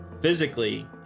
physically